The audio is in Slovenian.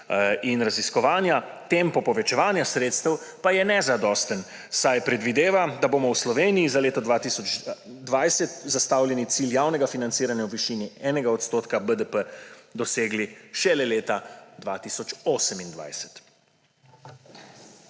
in raziskovanja, tempo povečevanja sredstev pa je nezadosten, saj predvideva, da bomo v Sloveniji za leto 2020 zastavljeni cilj javnega financiranja v višini 1 % BDP dosegli šele leta 2028.